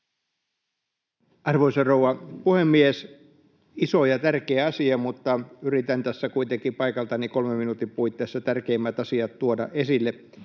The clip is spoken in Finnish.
Arvoisa rouva puhemies! Iso ja tärkeä asia, mutta yritän tässä kuitenkin paikaltani kolmen minuutin puitteissa tärkeimmät asiat tuoda esille.